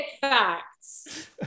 facts